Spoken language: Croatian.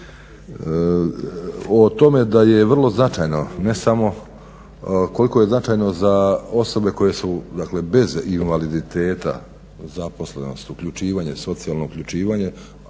O tome da je vrlo značajno, ne samo koliko je značajno za osobe koje su bez invaliditeta zaposlenost, uključivanje, socijalno uključivanje,